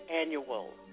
Annual